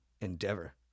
endeavor